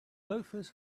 loafers